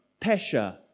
pesha